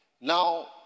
now